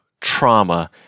trauma